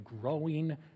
growing